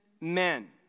men